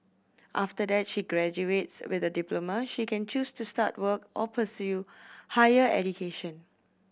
after that she graduates with a diploma she can choose to start work or pursue higher education